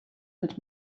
mit